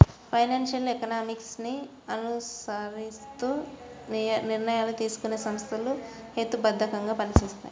financial economics ని అనుసరిస్తూ నిర్ణయాలు తీసుకునే సంస్థలు హేతుబద్ధంగా పనిచేస్తాయి